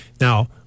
Now